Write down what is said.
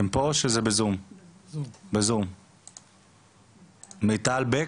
מיטל בק.